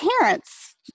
parents